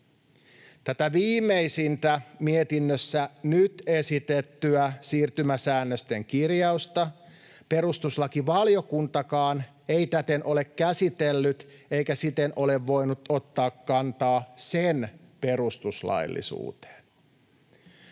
Tätä viimeisintä mietinnössä nyt esitettyä siirtymäsäännösten kirjausta perustuslakivaliokuntakaan ei täten ole käsitellyt eikä siten ole voinut ottaa kantaa sen perustuslaillisuuteen.